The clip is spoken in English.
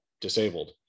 disabled